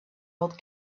old